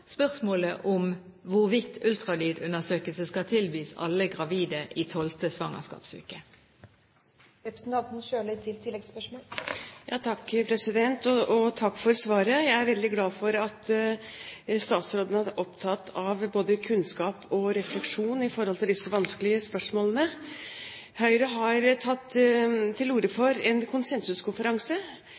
spørsmålet om hvorvidt ultralydundersøkelse skal tilbys alle gravide i 12. svangerskapsuke. Takk for svaret. Jeg er veldig glad for at statsråden er opptatt av både kunnskap og refleksjon i forhold til disse vanskelige spørsmålene. Høyre har tatt til orde for en konsensuskonferanse,